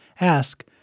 Ask